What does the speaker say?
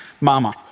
mama